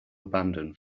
abandon